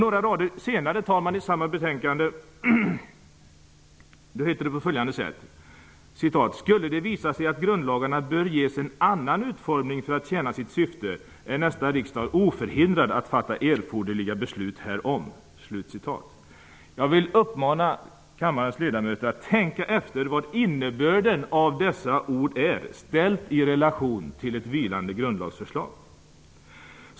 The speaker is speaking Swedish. Några rader senare i samma betänkande står det: Skulle det visa sig att grundlagarna bör ges en annan utformning för att tjäna sitt syfte, är nästa riksdag oförhindrad att fatta erforderliga beslut härom. Jag vill uppmana kammarens ledamöter att tänka efter vad innebörden av dessa ord är, ställd i relation till ett vilande grundlagsförslag.